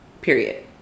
period